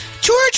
George